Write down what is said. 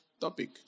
topic